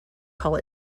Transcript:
call